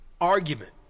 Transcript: argument